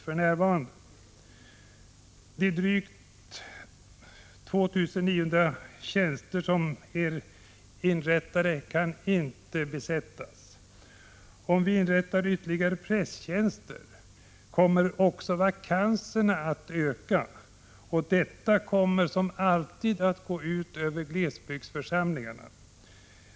De inrättade drygt 2900 tjänsterna kan inte besättas. Om vi inrättar ytterligare prästtjänster, kommer också vakanserna att öka. Detta kommer, som alltid, att gå ut över glesbygdsförsamlingarna.